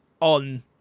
on